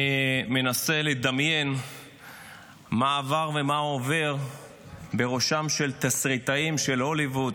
אני מנסה לדמיין מה עבר ומה עובר בראשם של תסריטאים של הוליווד,